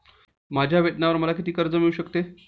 माझ्या वेतनावर मला किती कर्ज मिळू शकते?